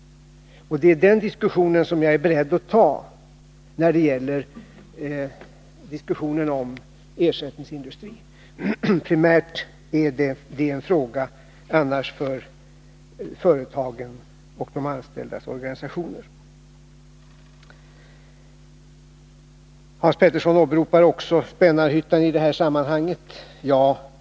Det är den diskussionen som jag är beredd att ta när det gäller att diskutera ersättningsindustrin. Primärt är det annars en fråga för företagen och de anställdas organisationer. Hans Petersson åberopade också fallet Spännarhyttan i det här sammanhanget.